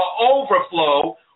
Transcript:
overflow